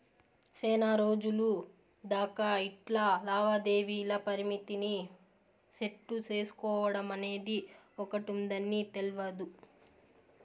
సేనారోజులు దాకా ఇట్లా లావాదేవీల పరిమితిని సెట్టు సేసుకోడమనేది ఒకటుందని తెల్వదు